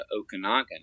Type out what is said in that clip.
Okanagan